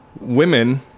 women